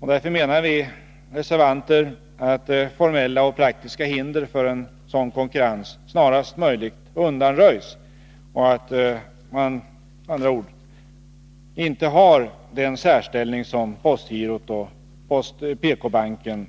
Därför menar vi reservanter att formella och praktiska hinder för en sådan konkurrens snarast möjligt bör undanröjas, med andra ord att postgirot och PK-banken inte skall ha den särställning som de